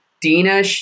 Dina